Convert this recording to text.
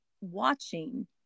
watching